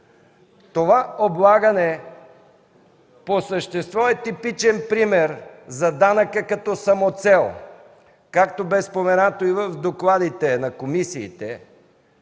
Това облагане по същество е типичен пример за данъка като самоцел. Както бе споменато и в докладите на комисиите,